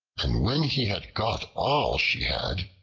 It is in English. and when he had got all she had,